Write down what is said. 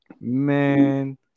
Man